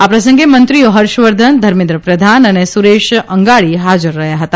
આ પ્રસંગે મંત્રીઓ હર્ષવર્ધન ધર્મેન્દ્ર પ્રધાન અને સુરેશ અંગાડી ફાજર રહ્યા હતા